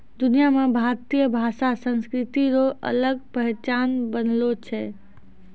दुनिया मे भारतीय भाषा संस्कृति रो अलग पहचान बनलो छै